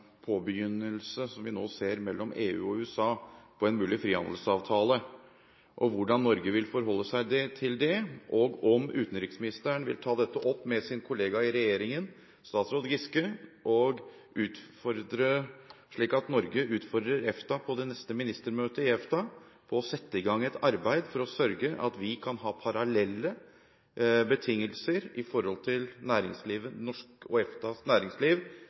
påbegynnelse som vi nå ser, av en mulig frihandelsavtale mellom EU og USA, og hvordan Norge vil forholde seg til det. Vil utenriksministeren ta dette opp med sin kollega i regjeringen, statsråd Giske, slik at Norge utfordrer EFTA på det neste ministermøtet i EFTA til å sette i gang et arbeid for å sørge for at Norges og EFTAs næringsliv kan få betingelser som er parallelle